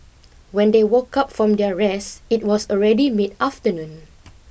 when they woke up from their rest it was already mid afternoon